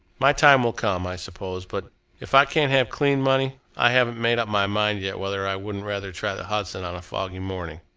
my time will come, i suppose, but if i can't have clean money, i haven't made up my mind yet whether i wouldn't rather try the hudson on a foggy morning.